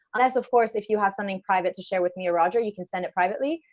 unless of course, if you have something private to share with me or roger, you can send it privately,